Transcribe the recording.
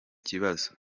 kibazo